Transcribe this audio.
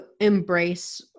embrace